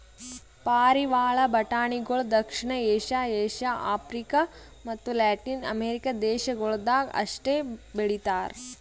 ಪಾರಿವಾಳ ಬಟಾಣಿಗೊಳ್ ದಕ್ಷಿಣ ಏಷ್ಯಾ, ಏಷ್ಯಾ, ಆಫ್ರಿಕ ಮತ್ತ ಲ್ಯಾಟಿನ್ ಅಮೆರಿಕ ದೇಶಗೊಳ್ದಾಗ್ ಅಷ್ಟೆ ಬೆಳಿತಾರ್